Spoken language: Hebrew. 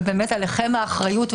ובאמת עליכם האחריות.